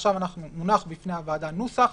ועכשיו מונח בפני הוועדה נוסח